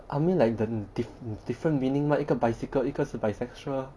I mean like the diff~ different meaning right 一个 bicycle 一个是 bisexual